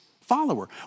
follower